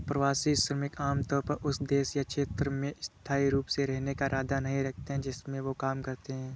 प्रवासी श्रमिक आमतौर पर उस देश या क्षेत्र में स्थायी रूप से रहने का इरादा नहीं रखते हैं जिसमें वे काम करते हैं